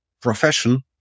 profession